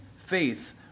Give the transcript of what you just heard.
faith